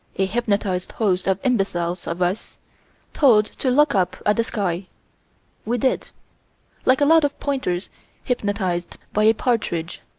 a hypnotized host of imbeciles of us told to look up at the sky we did like a lot of pointers hypnotized by a partridge.